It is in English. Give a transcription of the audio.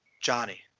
Johnny